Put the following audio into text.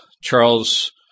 Charles